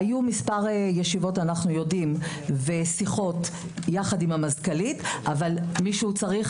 היו מספר ישיבות ושיחות יחד עם המזכ"לית אבל מישהו צריך